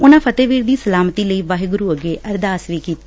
ਉਨਾਂ ਫਤਿਹਵੀਰ ਦੀ ਸਲਾਮਤੀ ਲਈ ਵਾਹਿਗੁਰੁ ਅੱਗੇ ਅਰਦਾਸ ਵੀ ਕੀਤੀ